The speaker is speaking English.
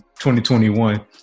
2021